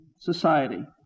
society